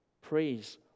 praise